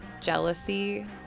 jealousy